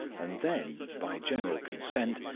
and then, by general consent,